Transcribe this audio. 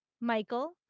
Michael